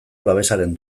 babesaren